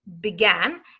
began